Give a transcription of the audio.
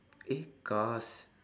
eh cars